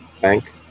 bank